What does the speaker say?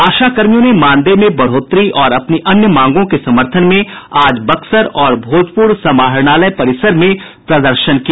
आशा कर्मियों ने मानदेय में बढ़ोतरी और अपनी अन्य मांगों के समर्थन में आज बक्सर और भोजपुर समाहरणालय परिसर में प्रदर्शन किया